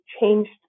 changed